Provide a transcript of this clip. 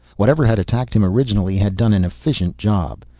whatever had attacked him originally had done an efficient job.